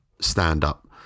stand-up